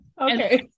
Okay